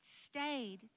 stayed